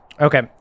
Okay